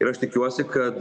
ir aš tikiuosi kad